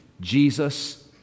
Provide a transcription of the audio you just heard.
Jesus